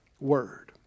word